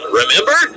remember